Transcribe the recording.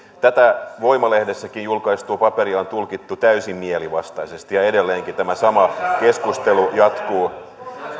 tätä voima lehdessäkin julkaistua paperia on tulkittu täysin mielivaltaisesti ja edelleenkin tämä sama keskustelu jatkuu